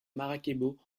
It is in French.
maracaibo